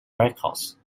records